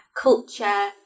culture